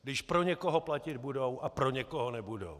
Když pro někoho platit budou a pro někoho nebudou.